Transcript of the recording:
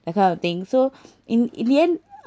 that kind of thing so in in the end